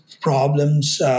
problems